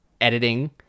Editing